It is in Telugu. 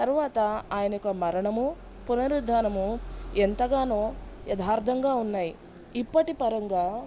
తరువాత ఆయన ఒక మరణము పునరుద్ధానము ఎంతగానో యదార్థంగా ఉన్నాయి ఇప్పటి పరంగా